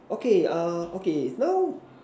okay err okay now